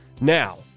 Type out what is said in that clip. Now